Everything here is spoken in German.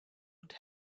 und